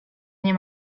nie